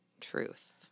truth